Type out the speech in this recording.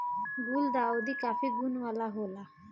गुलदाउदी काफी गुण वाला होला